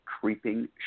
creeping